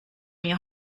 your